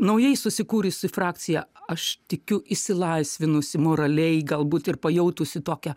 naujai susikūrusi frakcija aš tikiu išsilaisvinusi moraliai galbūt ir pajautusi tokią